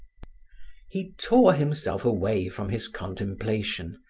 he tore himself away from his contemplation,